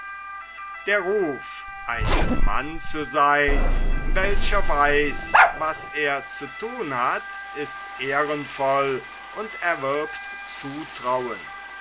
der ruf ein mann zu seyn welcher weiß was er zu thun hat ist ehrenvoll und erwirbt zutrauen